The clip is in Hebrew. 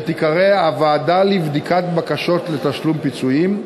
שתיקרא הוועדה לבדיקת בקשות לתשלום פיצויים,